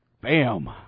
Bam